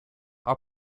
are